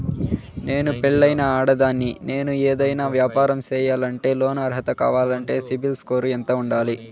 నేను పెళ్ళైన ఆడదాన్ని, నేను ఏదైనా వ్యాపారం సేయాలంటే లోను అర్హత కావాలంటే సిబిల్ స్కోరు ఎంత ఉండాలి?